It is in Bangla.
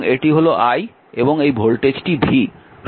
এবং এটি হল i এবং এই ভোল্টেজটি v